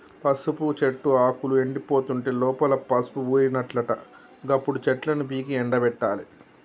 పసుపు చెట్టు ఆకులు ఎండిపోతుంటే లోపల పసుపు ఊరినట్లట గప్పుడు చెట్లను పీకి ఎండపెట్టాలి